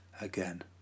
again